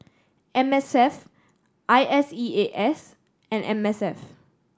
M S F I S E A S and M S F